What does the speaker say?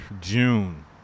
June